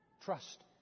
Trust